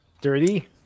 Dirty